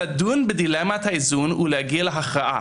לדון בדילמת האיזון ולהגיע להכרעה.